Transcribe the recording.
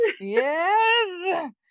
yes